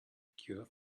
cure